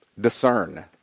discern